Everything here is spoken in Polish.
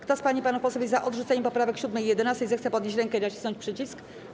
Kto z pań i panów posłów jest za odrzuceniem poprawek 7. i 11., zechce podnieść rękę i nacisnąć przycisk.